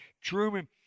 Truman